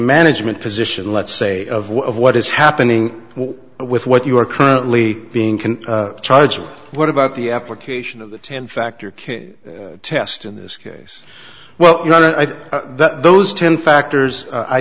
management position let's say of what is happening with what you are currently being can charge what about the application of the ten factor kid test in this case well you know that those ten factors i